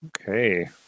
Okay